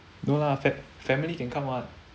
no lah fa~ family can come [what]